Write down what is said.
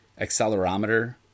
accelerometer